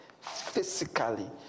Physically